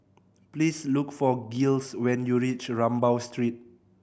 please look for Giles when you reach Rambau Street